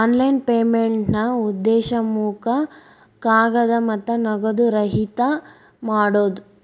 online ಪೇಮೆಂಟ್ನಾ ಉದ್ದೇಶ ಮುಖ ಕಾಗದ ಮತ್ತ ನಗದು ರಹಿತ ಮಾಡೋದ್